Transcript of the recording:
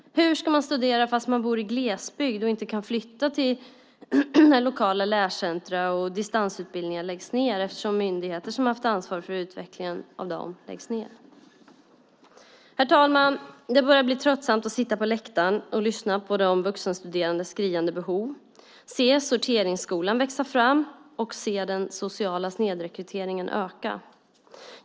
Hur ska man kunna studera om man bor i glesbygd och inte kan flytta till ett lokalt lärcentrum och om distansutbildningar läggs ned, eftersom myndigheter som har haft ansvar för utvecklingen av dem läggs ned? Herr talman! Det börjar bli tröttsamt att sitta på läktaren och lyssna på de vuxenstuderandes skriande behov, se sorteringsskolan växa fram och se den sociala snedrekryteringen öka.